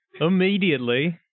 immediately